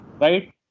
right